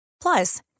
Plus